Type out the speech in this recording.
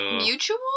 Mutual